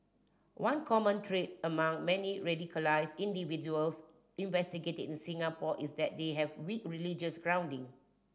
one common trait among many radicalised individuals investigated in Singapore is that they have weak religious grounding